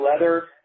Leather